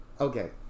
Okay